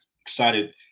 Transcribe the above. Excited